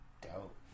Dope